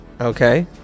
Okay